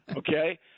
Okay